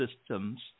systems